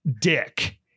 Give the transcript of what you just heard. dick